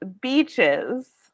beaches